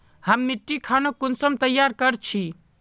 हम मिट्टी खानोक कुंसम तैयार कर छी?